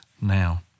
now